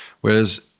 Whereas